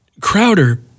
Crowder